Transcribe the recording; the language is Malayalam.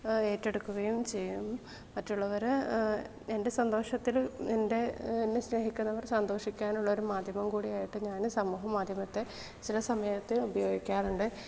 ഏറ്റെടുക്കുകയും ചെയ്യും മറ്റുള്ളവർ എൻ്റെ സന്തോഷത്തിൽ എൻ്റെ എന്നെ സ്നേഹിക്കുന്നവർ സന്തോഷിക്കാനുള്ളൊരു മാധ്യമം കൂടെ ആയിട്ട് ഞാൻ സമൂഹ മാധ്യമത്തെ ചില സമയത്ത് ഉപയോഗിക്കാറുണ്ട്